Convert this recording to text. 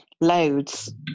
Loads